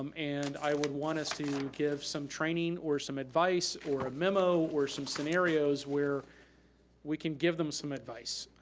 um and i would want us to give some training or some advice, or memos, or some scenarios, where we can give them some advice.